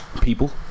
people